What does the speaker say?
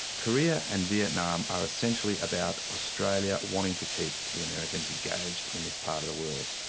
korea and vietnam are essentially about australia wanting to keep the americans engaged in this part of the world.